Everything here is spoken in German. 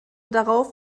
darauf